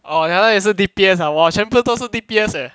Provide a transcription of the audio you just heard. oh that one 也是 D_P_S ah !wah! 全部都是 D_P_S eh